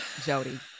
Jody